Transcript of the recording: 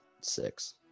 six